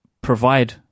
provide